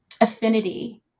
affinity